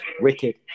Wicked